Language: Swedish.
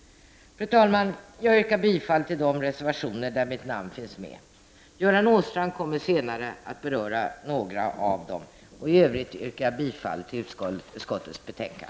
Fru talman! Jag yrkar bifall till de reservationer där mitt namn finns med. Göran Åstrand kommer senare att beröra några av dem. I övrigt yrkar jag bifall till utskottets hemställan.